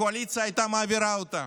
הקואליציה הייתה מעבירה אותה,